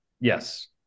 Yes